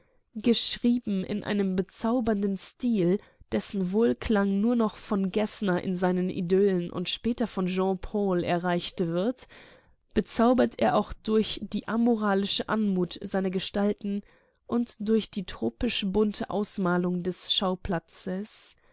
geschrieben in einem bezaubernden stil dessen wohlklang nur noch von geßner in seinen idyllen und später von jean paul erreicht wird bezaubert er auch durch die amoralische anmut seiner gestalten und durch die tropisch bunte ausmalung des schauplatzes